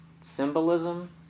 symbolism